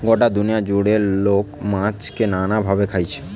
গটা দুনিয়া জুড়ে লোক মাছকে নানা ভাবে খাইছে